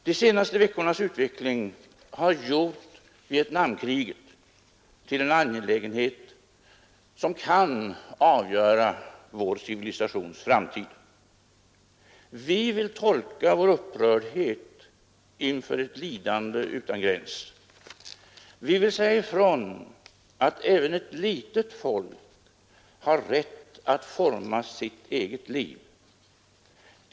De senaste veckornas utveckling har gjort Vietnamkriget till en angelägenhet som kan avgöra vår civilisations framtid. Vi vill tolka vår upprördhet inför ett lidande utan gräns. Vi vill säga ifrån att även ett litet folk har rätt att forma sitt eget liv.